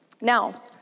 Now